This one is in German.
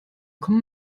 kommen